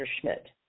Schmidt